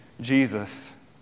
Jesus